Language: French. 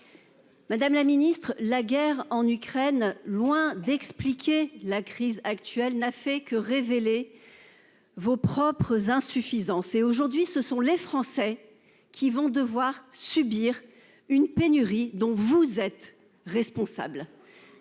Madame la Ministre la guerre en Ukraine. Loin d'expliquer la crise actuelle n'a fait que révéler. Vos propres insuffisances et aujourd'hui ce sont les Français qui vont devoir subir une pénurie dont vous êtes responsable.